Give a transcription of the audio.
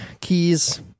keys